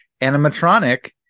animatronic